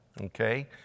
okay